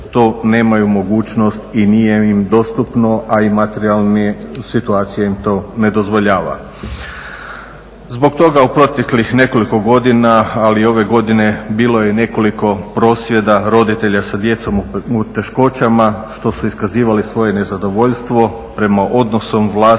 to nemaju mogućnost i nije im dostupno, a i materijalna situacija im to ne dozvoljava. Zbog toga u proteklih nekoliko godina, ali i ove godine bilo je nekoliko prosvjeda roditelja sa djecom u teškoćama što su iskazivali svoje nezadovoljstvo prema odnosu vlasti